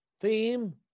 theme